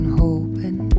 hoping